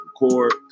record